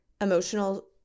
emotional